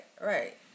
right